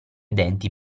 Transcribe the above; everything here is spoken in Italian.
denti